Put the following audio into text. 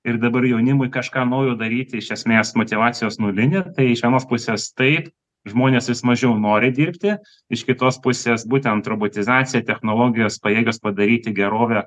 ir dabar jaunimui kažką naujo daryti iš esmės motyvacijos nulinė tai iš anos pusės taip žmonės vis mažiau nori dirbti iš kitos pusės būtent robotizacija technologijos pajėgios padaryti gerovę